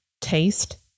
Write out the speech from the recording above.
taste